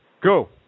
go